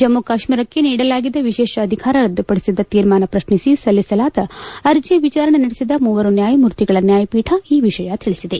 ಜಮ್ನು ಕಾಶ್ನೀರಕ್ಷೆ ನೀಡಲಾಗಿದ್ದ ವಿಶೇಷ ಅಧಿಕಾರ ರದ್ದುಪಡಿಸಿದ ತೀರ್ಮಾನ ಪ್ರಶ್ನಿಸಿ ಸಲ್ಲಿಸಲಾದ ಅರ್ಜ ವಿಚಾರಣೆ ನಡೆಸಿದ ಮೂವರು ನ್ಯಾಯಮೂರ್ತಿಗಳ ನ್ಯಾಯಪೀಠ ಈ ವಿಷಯ ತಿಳಿಸಿದೆ